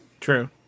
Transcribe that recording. True